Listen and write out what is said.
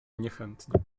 niechętnie